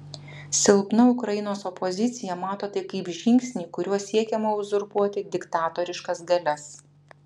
silpna ukrainos opozicija mato tai kaip žingsnį kuriuo siekiama uzurpuoti diktatoriškas galias